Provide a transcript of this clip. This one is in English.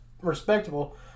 respectable